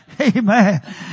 Amen